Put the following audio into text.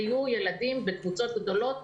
ויהיו ילדים בקבוצות גדולות,